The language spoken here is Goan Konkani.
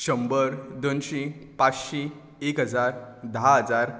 शंबर दोनशी पांचशी एक हजार धा हजार